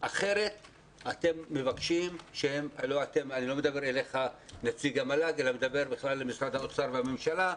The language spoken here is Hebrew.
אני לא מדבר אליך נציג המל"ג אלא למשרד האוצר והממשלה.